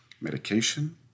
medication